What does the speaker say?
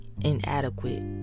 inadequate